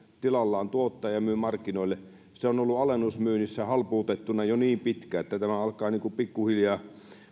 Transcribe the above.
tilallaan tuottaa ja myy markkinoille on ollut alennusmyynnissä halpuutettuna jo niin pitkään että alkaa pikkuhiljaa